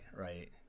right